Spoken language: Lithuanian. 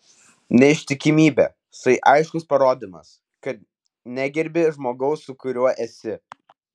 neištikimybė tai aiškus parodymas kad negerbi žmogaus su kuriuo esi